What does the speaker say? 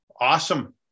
Awesome